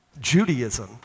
Judaism